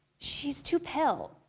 she's too pale.